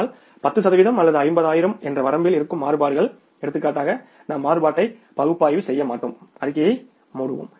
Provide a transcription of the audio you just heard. ஆனால் 10 சதவிகிதம் அல்லது 50 ஆயிரம் என்ற வரம்பில் இருக்கும் மாறுபாடுகள் எடுத்துக்காட்டாக நாம் மாறுபாட்டை பகுப்பாய்வு செய்ய மாட்டோம் அறிக்கையை மூடுவோம்